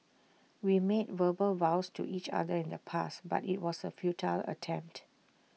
we made verbal vows to each other in the past but IT was A futile attempt